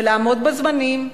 ולעמוד בזמנים,